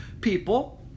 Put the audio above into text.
people